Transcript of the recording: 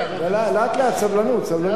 בעיה, לאט-לאט, סבלנות, סבלנות.